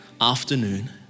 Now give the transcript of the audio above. afternoon